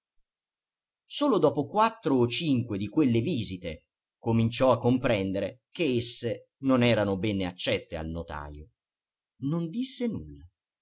solo dopo quattro o cinque di quelle visite cominciò a comprendere che esse non erano bene accette al notajo non disse nulla